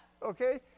Okay